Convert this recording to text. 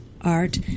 art